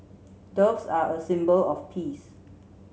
doves are a symbol of peace